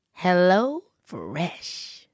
HelloFresh